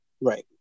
Right